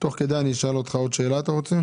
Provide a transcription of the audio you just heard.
תוך כדי אני אשאל אותך עוד שאלה, אתה רוצה?